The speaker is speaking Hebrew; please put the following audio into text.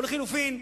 או לחלופין,